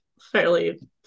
fairly